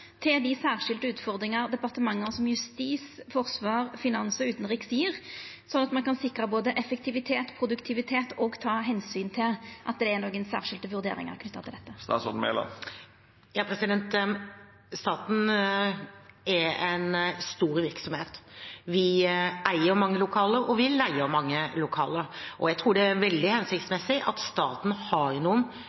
til dei særskilde utfordringane departement som Justis-, Forsvars-, Finans- og Utanriks- gjev, sånn at ein kan sikra både effektivitet og produktivitet og ta omsyn til at det er nokre særskilde vurderingar knytte til dette? Staten er en stor virksomhet. Vi eier mange lokaler, og vi leier mange lokaler. Jeg tror det er veldig hensiktsmessig at staten har